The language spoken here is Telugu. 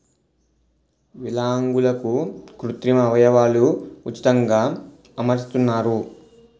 విలాంగులకు కృత్రిమ అవయవాలు ఉచితంగా అమరుస్తున్నారు